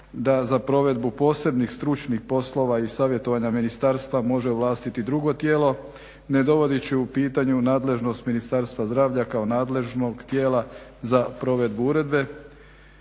da za provedbu posebnih stručnih poslova i savjetovanja ministarstva može ovlastiti drugo tijelo ne dovodeći u pitanje nadležnost Ministarstva zdravlja kao nadležnog tijela za provedbu uredbe.